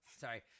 sorry